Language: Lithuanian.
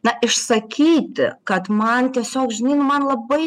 na išsakyti kad man tiesiog žinai nu man labai